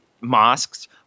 mosques